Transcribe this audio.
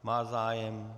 Má zájem?